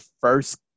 first